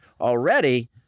already